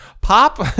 Pop